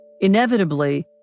Inevitably